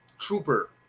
Trooper